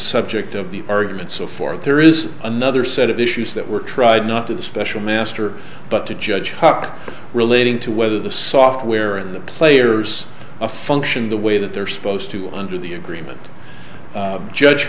subject of the argument so forth there is another set of issues that were tried not to the special master but to judge hoc relating to whether the software and the players a function the way that they're supposed to under the agreement judge